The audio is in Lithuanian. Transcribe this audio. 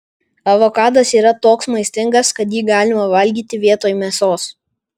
avokadas yra toks maistingas kad jį galima valgyti vietoj mėsos